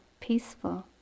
peaceful